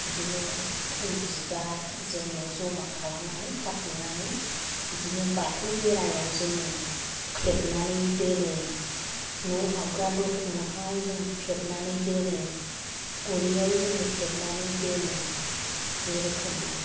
बिदिनो फुल बिबार जोङो ज'मा खालामनानै खाथुमनानै बिदिनो बाथौ बेरायाव जोङो थेबनानै दोनो न' हाबग्रा दरखं मोखांआव जोङो थेबनानै दोनो गलिआव जोङो थेबनानै दोनो बे रोखोम आरो